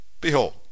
Behold